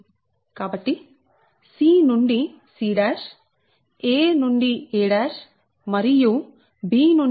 కాబట్టిc నుండి c a నుండి a మరియు b నుండి b